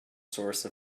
source